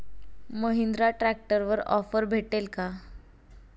महिंद्रा ट्रॅक्टरवर ऑफर भेटेल का?